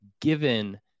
given